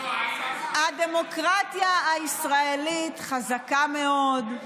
הדמוקרטיה הישראלית חזקה מאוד,